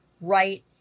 right